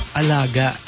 alaga